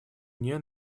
мне